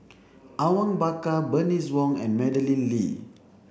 Awang Bakar Bernice Wong and Madeleine Lee